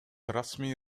расмий